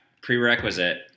prerequisite